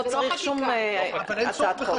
לזה לא צריך שום הצעת חוק.